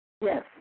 Yes